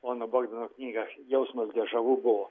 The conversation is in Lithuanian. pono bogdano knygą jausmas žavu buvo